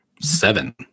Seven